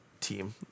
team